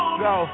go